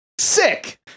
sick